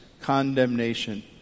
condemnation